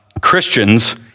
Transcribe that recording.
Christians